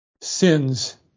sin's